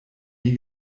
nie